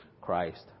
christ